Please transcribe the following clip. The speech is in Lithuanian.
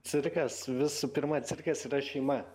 cirkas visų pirma cirkas yra šeima